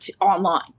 online